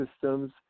systems